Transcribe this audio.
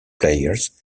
players